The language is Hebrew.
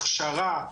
הכשרה,